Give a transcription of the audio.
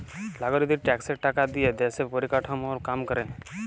লাগরিকদের ট্যাক্সের টাকা দিয়া দ্যশের পরিকাঠামর কাম ক্যরে